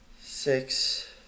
six